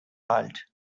alt